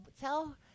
tell